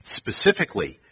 specifically